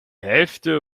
hälfte